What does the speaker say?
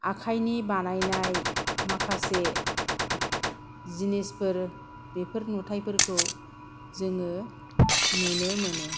आखायनि बानायनाय माखासे जिनिसफोर बेफोर नुथाइफोरखौ जोङो नुनो मोनो